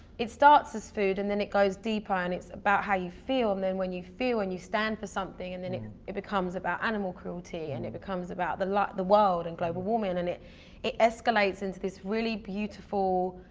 it starts as food and then it goes deeper and it's about how you feel and then when you feel and you stand for something. and then it it becomes about animal cruelty and it becomes about the world and global warming. and and it it escalates into this really beautiful.